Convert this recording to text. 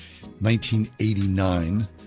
1989